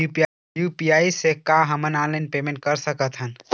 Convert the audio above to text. UPI से का हमन ऑनलाइन पेमेंट कर सकत हन?